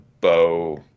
bow